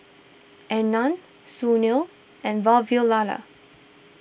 Anand Sunil and Vavilala